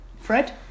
Fred